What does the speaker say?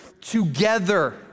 together